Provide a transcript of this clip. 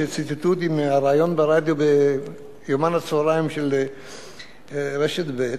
כשציטטו אותי מהריאיון ברדיו ביומן הצהריים של רשת ב'.